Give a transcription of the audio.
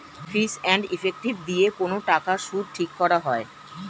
fees and effective দিয়ে কোন টাকার সুদ ঠিক করা হয়